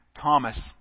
Thomas